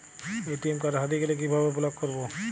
ATM card হারিয়ে গেলে কিভাবে ব্লক করবো?